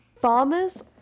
farmers